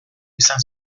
izan